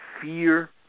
fear